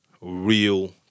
real